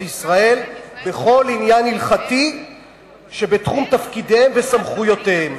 לישראל בכל עניין הלכתי שבתחום תפקידיהן וסמכויותיהן,